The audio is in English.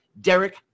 Derek